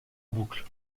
boucles